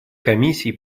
комиссии